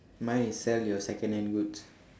mine is sell your secondhand goods